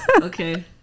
Okay